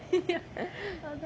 what